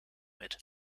mit